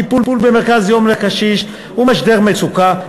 טיפול במרכז יום לקשיש ומשדר מצוקה.